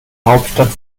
hauptstadt